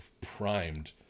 primed